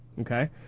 Okay